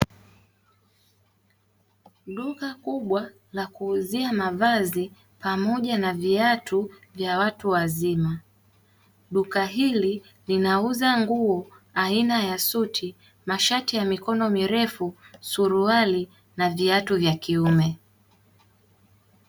Duka kubwa la kuuzia mavazi pamoja na viatu vya watu wazima ,duka hili linauza nguo aina ya suti, mashati ya mikono mirefu, suruali na viatu vya kiume.